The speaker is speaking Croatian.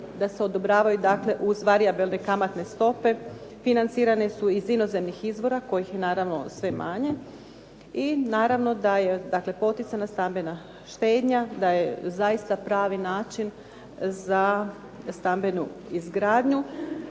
da se odobravaju dakle uz varijabilne kamatne stope, financirani su iz inozemnih izvora kojih je naravno sve manje i naravno da je poticana stambena štednja da je zaista pravi način za stambenu izgradnju